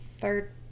third